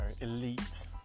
elite